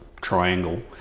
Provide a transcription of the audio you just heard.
triangle